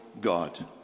God